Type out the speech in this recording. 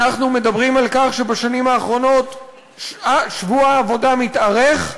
אנחנו מדברים על כך שבשנים האחרונות שבוע העבודה מתארך,